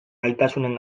gaitasunen